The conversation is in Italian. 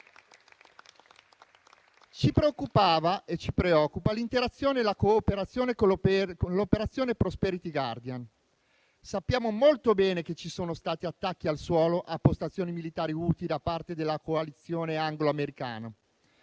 Ci preoccupava e ci preoccupa l'interazione e la cooperazione con l'operazione *Prosperity Guardian*. Sappiamo molto bene che ci sono stati attacchi al suolo a postazioni militari Houthi da parte della coalizione angloamericana.